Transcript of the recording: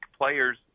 players